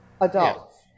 adults